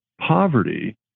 poverty